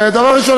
דבר ראשון,